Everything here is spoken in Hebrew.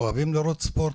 אוהבים לראות ספורט,